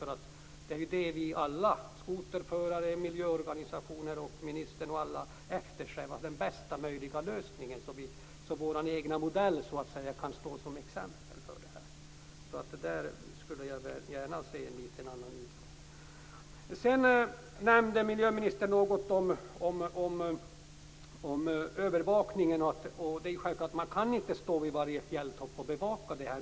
Vi eftersträvar alla - skoterförare, miljöorganisationer, ministern - den bästa möjliga lösningen, så att vår egen modell kan stå som exempel för det här. Där skulle jag gärna se en litet annan utformning. Miljöministern nämnde något om övervakningen. Det är självklart att man inte kan stå vid varje fjälltopp och bevaka det här.